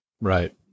Right